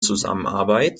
zusammenarbeit